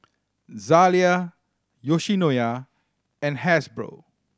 Zalia Yoshinoya and Hasbro